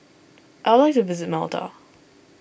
I would like to visit Malta